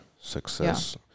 success